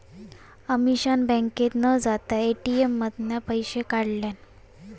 अमीषान बँकेत न जाता ए.टी.एम मधना पैशे काढल्यान